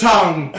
Tongue